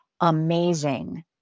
amazing